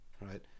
Right